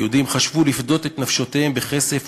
היהודים חשבו לפדות את נפשותיהם בכסף,